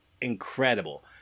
incredible